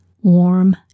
warm